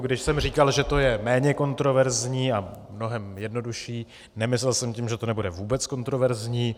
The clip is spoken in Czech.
Když jsem říkal, že to je méně kontroverzní a mnohem jednodušší, nemyslel jsem tím, že to nebude vůbec kontroverzní.